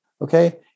Okay